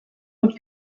und